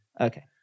Okay